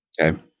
okay